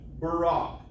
Barak